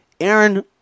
Aaron